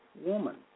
woman